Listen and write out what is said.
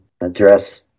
address